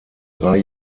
drei